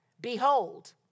Behold